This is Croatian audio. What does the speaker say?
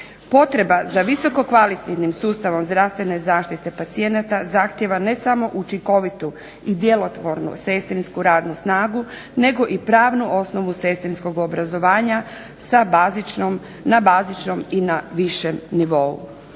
Potreba za visoko kvalitetnim sustavom zdravstvene zaštite pacijenata, zahtjeva ne samo učinkovitu i djelotvornu sestrinsku radnu snagu, nego i pravnu osnovu sestrinskog obrazovanja sa bazičnom, na bazičnom